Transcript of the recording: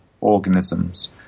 organisms